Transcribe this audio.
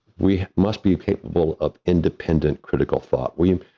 we must be capable of independent critical thought, we,